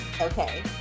Okay